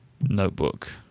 notebook